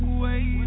wait